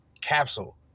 Capsule